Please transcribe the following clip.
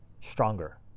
stronger